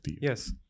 Yes